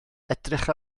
edrych